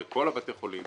הרי כל בתי החולים